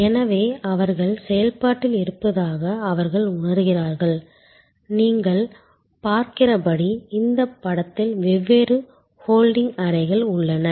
எனவே அவர்கள் செயல்பாட்டில் இருப்பதாக அவர்கள் உணர்கிறார்கள் நீங்கள் பார்க்கிறபடி இந்த படத்தில் வெவ்வேறு ஹோல்டிங் அறைகள் உள்ளன